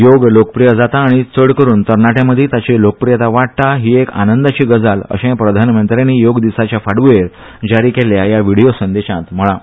योग लोकप्रिय जाता आनी चडकरून तरणाट्रयांमदीं ताची लोकप्रियता वाडटा ही एक आनंदाची गजाल अशेंय प्रधानमंत्र्यांनी योगदिसाचे फाटभ्येर जारी केल्ल्या हया व्हिडिओ संदेशांत म्हणलां